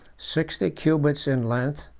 sixty cubits in length,